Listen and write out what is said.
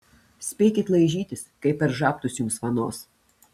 spėkit laižytis kai per žabtus jums vanos